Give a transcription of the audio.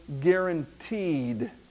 guaranteed